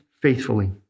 faithfully